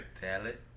Talent